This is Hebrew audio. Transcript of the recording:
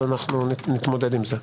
אנחנו נתמודד עם זה.